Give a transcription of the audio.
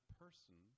person